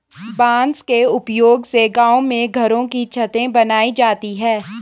बांस के उपयोग से गांव में घरों की छतें बनाई जाती है